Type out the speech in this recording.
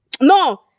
no